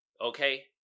okay